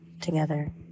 together